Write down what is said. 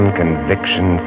conviction